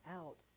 out